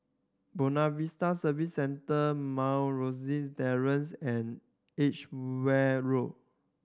Buona Vista Service Centre Mount Rosie Terrace and Edgware Road